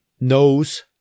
knows